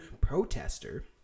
protester